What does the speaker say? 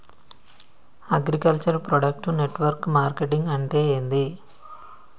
Agriculture product network marketing అంటే ఏంది?